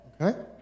okay